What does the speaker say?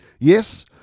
Yes